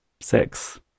six